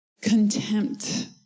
contempt